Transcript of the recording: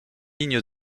lignes